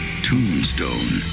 tombstone